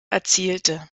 erzielte